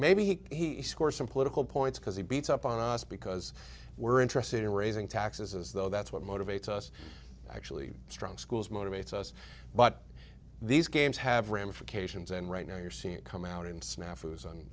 maybe he score some political points because he beats up on us because we're interested in raising taxes as though that's what motivates us actually strong schools motivates us but these games have ramifications and right now you're seeing it come out in sna